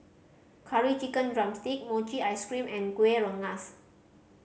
Curry Chicken drumstick mochi ice cream and Kueh Rengas